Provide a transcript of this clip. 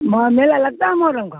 میلا لگتا محرم کا